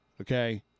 Okay